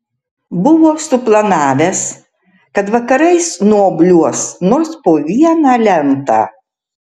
buvo suplanavęs kad vakarais nuobliuos nors po vieną lentą